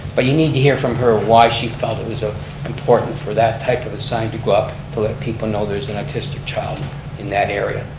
but you need to hear from her why she felt it was ah important for that type of a sign to go up to let people know there's an autistic child in that area.